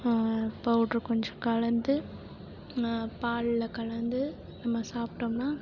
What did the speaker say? powder கொஞ்சம் கலந்து பாலில் கலந்து நம்ம சாப்பிட்டோம்னா